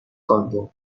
کاندوم